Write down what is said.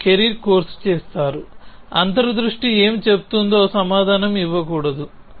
మీరు career course చేసారు అంతర్ దృష్టి ఏమి చెబుతుందో సమాధానం ఇవ్వకూడదు